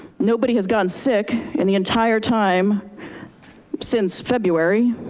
nobody has gotten sick in the entire time since february,